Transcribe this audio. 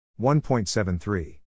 1.73